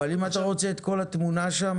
אבל אם אתה רוצה את כל התמונה שם,